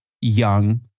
young